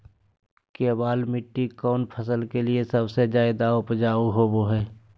केबाल मिट्टी कौन फसल के लिए सबसे ज्यादा उपजाऊ होबो हय?